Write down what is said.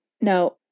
No